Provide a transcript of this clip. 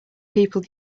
people